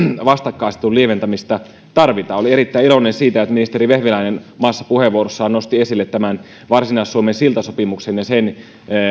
vastakkainasettelun lieventämistä tarvitaan olin erittäin iloinen siitä että ministeri vehviläinen omassa puheenvuorossaan nosti esille tämän varsinais suomen siltasopimuksen ja sen